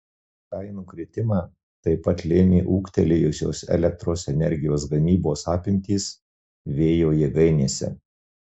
kainų kritimą taip pat lėmė ūgtelėjusios elektros energijos gamybos apimtys vėjo jėgainėse